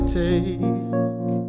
take